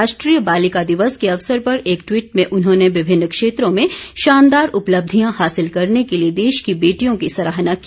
राष्ट्रीय बालिका दिवस के अवसर पर एक ट्वीट में उन्होंने विभिन्न क्षेत्रों में शानदार उपलब्धियां हासिल करने के लिए देश की बेटियों की सराहना की